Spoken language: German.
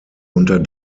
unter